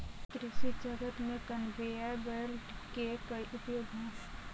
कृषि जगत में कन्वेयर बेल्ट के कई उपयोग हैं